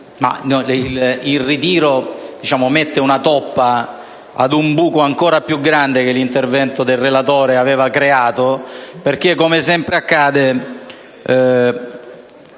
del giorno mette una toppa ad un buco ancora più grande che l'intervento del relatore aveva creato, perché, come sempre accade,